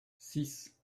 six